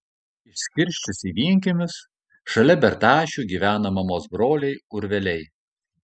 išskirsčius į vienkiemius šalia bertašių gyveno mamos broliai urveliai